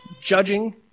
Judging